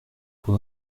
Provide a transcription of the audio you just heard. pour